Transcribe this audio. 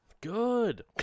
Good